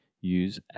use